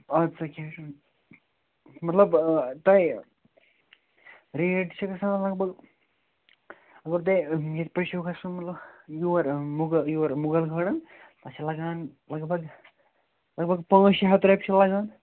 اَدٕ سا کیٚنٛہہ چھُنہٕ مَطلَب آ تۄہہِ ریٹ چھِ گَژھان لَگ بگ وۅنۍ تۅہہِ ییٚتہِ پٮ۪ٹھ چھُو گَژھُن مَطلَب یور مُغل یور مُغَل گارڑن تتھ چھِ لَگان لَگ بگ لگ بگ پانٛژھ شےٚ ہتھ رۄپیہِ چھِ لَگان